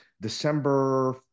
December